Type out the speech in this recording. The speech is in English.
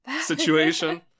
situation